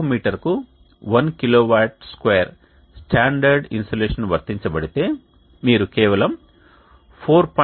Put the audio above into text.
చదరపు మీటరుకు 1 kilowatt square standard insolation వర్తించబడితే మీరు కేవలం 4